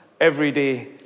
everyday